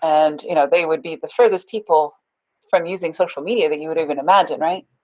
and you know they would be the furthest people from using social media that you would even imagine, right?